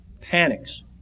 panics